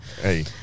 Hey